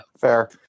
Fair